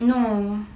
no